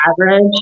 average